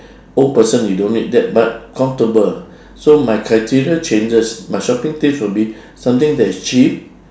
old person you don't need that but comfortable so my criteria changes my shopping taste would be something that is cheap